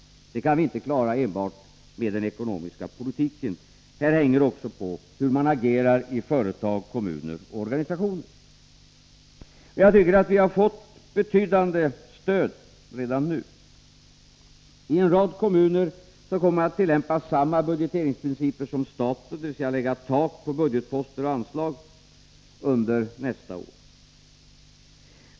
Vi kan inte klara det enbart med den ekonomiska politiken. Här hänger det också på hur man agerar i företag, kommuner och organisationer. Men jag tycker att vi har fått betydande stöd redan nu. En rad kommuner kommer att tillämpa samma budgeteringsprinciper som staten, dvs. lägga ett tak på budgetposter och anslag under nästa år.